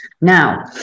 Now